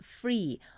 free